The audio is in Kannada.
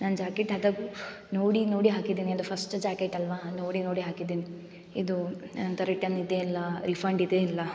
ನಾನು ಜಾಕೆಟ್ ಹಾಕ್ದಾಗ್ಲು ನೋಡಿ ನೋಡಿ ಹಾಕಿದ್ದೀನಿ ಅದು ಫಸ್ಟ್ ಜಾಕೆಟ್ ಅಲ್ವ ನೋಡಿ ನೋಡಿ ಹಾಕಿದ್ದೀನಿ ಇದು ಅಂತ ರಿಟನ್ ಇದೆ ಇಲ್ಲ ರಿಫಂಡ್ ಇದೆ ಇಲ್ಲ